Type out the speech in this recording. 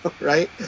right